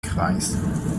kreis